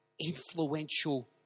influential